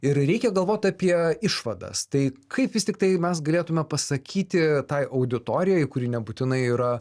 ir reikia galvot apie išvadas tai kaip vis tiktai mes galėtume pasakyti tai auditorijai kuri nebūtinai yra